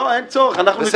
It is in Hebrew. לא, אין צורך, אנחנו נתמוך.